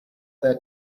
their